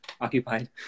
occupied